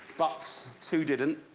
but two didn't.